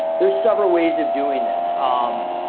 there's several ways of doing this um